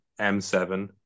M7